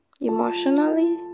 emotionally